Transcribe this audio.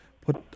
put